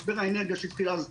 משבר האנרגיה שהתחיל אז,